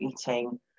eating